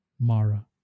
Mara